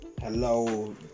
Hello